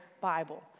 Bible